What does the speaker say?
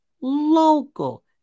local